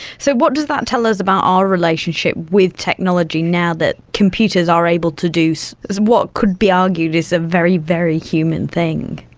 so what does that tell us about our relationship with technology now that computers are able to do what could be argued is a very, very human thing?